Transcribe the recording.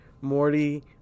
Morty